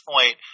point